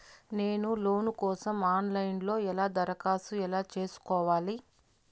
నేను లోను కోసం online లో ఎలా దరఖాస్తు ఎలా సేసుకోవాలి?